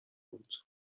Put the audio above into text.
بود